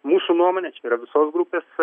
mūsų nuomone čia yra visos grupės